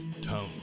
tone